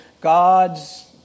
God's